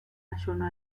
ayuno